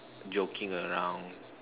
joking around